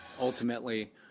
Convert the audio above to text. Ultimately